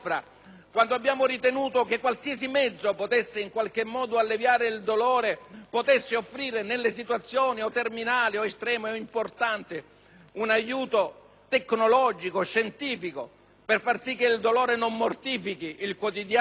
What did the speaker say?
quando abbiamo ritenuto che qualunque mezzo in grado di alleviare il dolore potesse offrire nelle situazioni terminali, estreme o importanti un aiuto tecnologico e scientifico affinché il dolore non mortificasse il quotidiano